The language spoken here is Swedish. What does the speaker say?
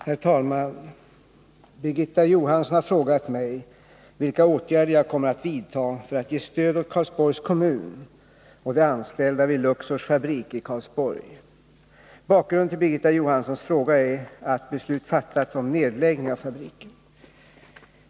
Herr talman! Birgitta Johansson har frågat mig vilka åtgärder jag kommer att vidta för att ge stöd åt Karlsborgs kommun och de anställda vid Luxors fabrik i Karlsborg. Bakgrunden till Birgitta Johanssons: fråga är att beslut fattats om nedläggning av fabriken.